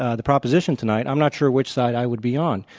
ah the proposition tonight, i'm not sure which side i would be on.